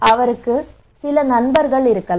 அவருக்கு சில நண்பர் இருக்கலாம்